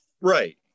right